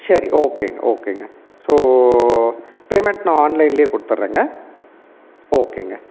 சரி ஓகேங்க ஓகேங்க ஸோ பேமெண்ட் நான் ஆன்லைனில் கொடுத்தட்றேங்க ஓகேங்க